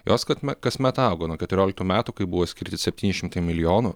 jos kasme kasmet augo nuo keturioliktų metų kai buvo skirti septyni šimtai milijonų